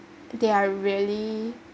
they are really